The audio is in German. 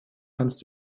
kannst